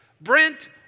Brent